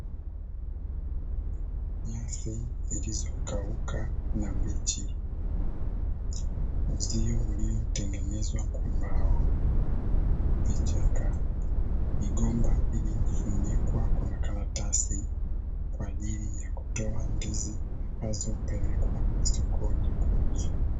Nyasi zilizokauka na mbichi, uzio uliotengenezwa kwa mbao, vichaka, migomba iliyofunikwa kwa makaratasi , kwa ajili ya kutoa ndizi ambazo hupelekwa sokoni kuuzwa.